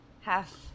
Half